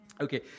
Okay